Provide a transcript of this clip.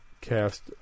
cast